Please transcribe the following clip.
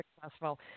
successful